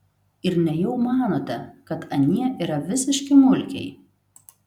ir nejau manote kad anie yra visiški mulkiai